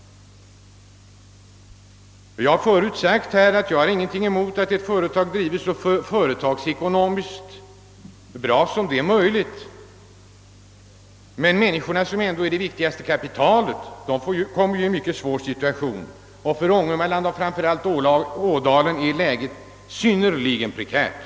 Jag har tidigare sagt att jag inte har någonting emot att ett företag drivs efter så affärsmässiga principer som möjligt. Men människorna, som är det viktigaste kapitalet, kommer i ett sådant här läge i en mycket svår situation. För Ångermanland och framför allt för Ådalen är läget synnerligen prekärt.